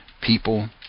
people